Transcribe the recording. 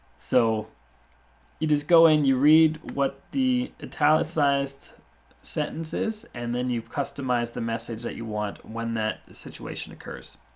so you just go in, you read what the italicized sentence is, and then you customize the message that you want when that situation occurs.